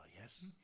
Yes